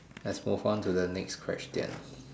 let's move on to the next question